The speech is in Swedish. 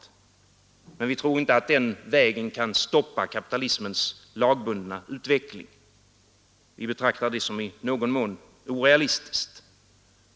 Vi tror emellertid inte att man på den vägen kan stoppa kapitalismens lagbundna utveckling — vi betraktar det som i någon mån orealistiskt.